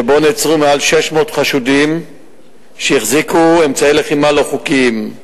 שבו נעצרו מעל 600 חשודים שהחזיקו אמצעי לחימה לא חוקיים.